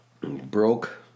Broke